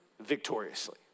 victoriously